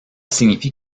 signifie